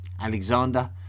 Alexander